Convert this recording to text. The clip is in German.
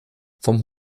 vom